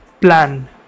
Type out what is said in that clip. plan